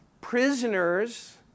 prisoners